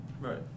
right